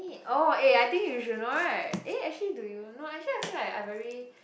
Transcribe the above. oh eh I think you should know right eh actually do you no actually I feel like I very